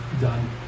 done